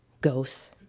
ghosts